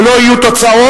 ולא יהיו תוצאות,